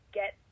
get